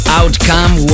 outcome